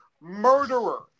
murderer